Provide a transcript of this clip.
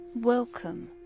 Welcome